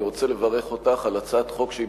אני רוצה לברך אותך על הצעת חוק שהיא